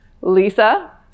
Lisa